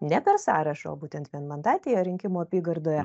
ne per sąrašą o būtent vienmandatėje rinkimų apygardoje